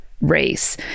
race